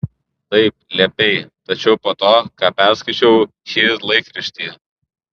taip liepei tačiau po to ką perskaičiau šįryt laikraštyje